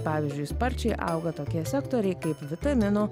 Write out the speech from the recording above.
pavyzdžiui sparčiai auga tokie sektoriai kaip vitaminų